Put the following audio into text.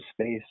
space